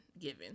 given